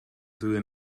ddwy